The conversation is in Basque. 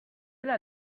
dela